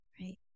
Right